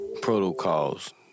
protocols